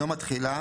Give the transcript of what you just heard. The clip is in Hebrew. "יום התחילה"